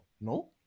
No